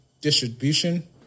distribution